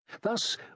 thus